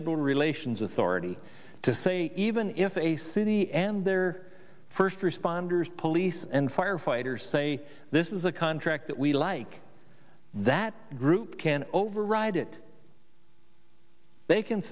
labor relations authority to say even if a city and their first responders police and firefighters say this is a contract that we like that group can override it they can